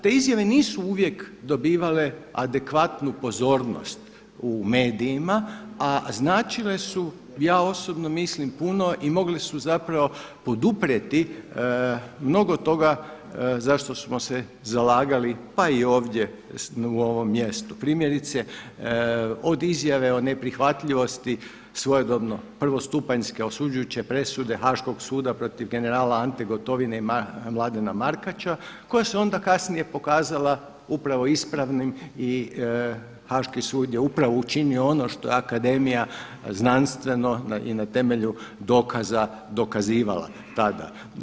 Te izjave nisu uvijek dobivale adekvatnu pozornost u medijima, a značile su ja osobno mislim puno i mogli su zapravo poduprijeti mnogo toga zašto smo se zalagali pa i ovdje u ovom mjestu, primjerice od izjave o neprihvatljivosti svojedobno prvostupanjske osuđujuće presude Haaškog suda protiv generala Ante Gotovine i Mlade Markača koja se onda kasnije pokazala upravo ispravnim i Haaški sud je upravo učinio ono što je akademija znanstveno i na temelju dokaza dokazivala tada.